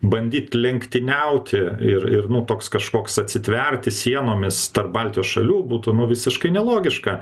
bandyt lenktyniauti ir ir nu toks kažkoks atsitverti sienomis tarp baltijos šalių būtų nu visiškai nelogiška